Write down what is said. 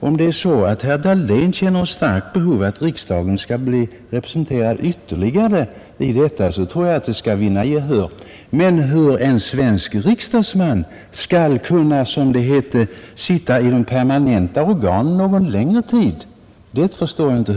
Om herr Dahlén känner ett starkt behov av att riksdagen skall bli ytterligare representerad i detta arbete kan det tänkas vinna gehör. Men hur en svensk riksdagsman skall kombinera arbetet för att kunna som det heter sitta i de permanenta organen någon längre tid förstår jag inte.